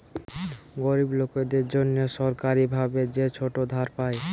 গরিব লোকদের জন্যে সরকারি ভাবে যে ছোট ধার পায়